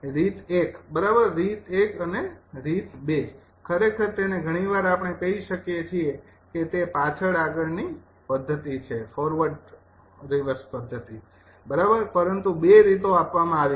રીત ૧ બરાબર રીત ૧ અને રીત ૨ ખરેખર તેને ઘણીવાર આપણે કહી શકીએ છીએ કે તે પાછળ આગળની બદલવાની પદ્ધતિ છે બરાબર પરંતુ ૨ રીતો આપવામાં આવી છે